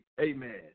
Amen